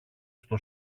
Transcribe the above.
στο